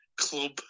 club